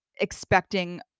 expecting